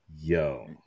Yo